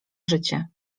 życie